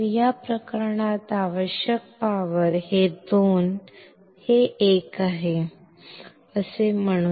तर या प्रकरणात आवश्यक शक्ती हे 2 हे 1 आहे असे म्हणू या 1 साठी आवश्यक असलेली उर्जा 2 साठी आवश्यक असलेल्या उर्जेपेक्षा जास्त असेल